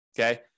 okay